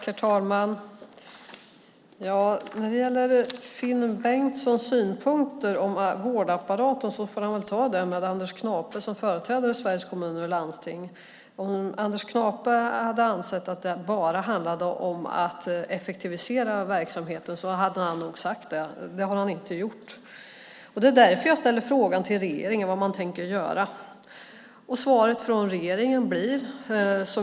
Herr talman! När det gäller Finn Bengtssons synpunkter om vårdapparaten får han väl ta det med Anders Knape som företräder Sveriges Kommuner och Landsting. Om Anders Knape hade ansett att det bara handlade om att effektivisera verksamheten hade han nog sagt det. Men det har han inte gjort. Det är därför jag ställer frågan vad regeringen tänker göra.